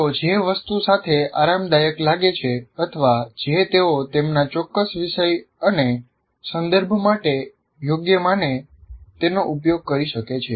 તેઓ જે વસ્તુ સાથે આરામદાયક લાગે છે અથવા જે તેઓ તેમના ચોક્કસ વિષય અને સંદર્ભ માટે યોગ્ય માને છે તેનો ઉપયોગ કરી શકે છે